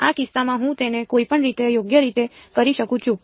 આ કિસ્સામાં હું તેને કોઈપણ રીતે યોગ્ય રીતે કરી શકું છું